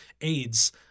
AIDS –